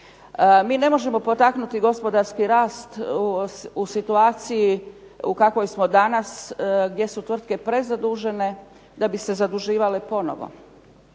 Mi ne možemo potaknuti gospodarski rast u situaciji u kakvoj smo danas gdje su tvrtke prezadužene da bi se zaduživale ponovo.